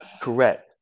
Correct